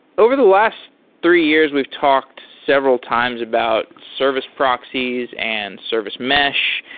over the last three years, we've talked several times about service proxies and service mesh.